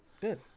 Good